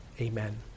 Amen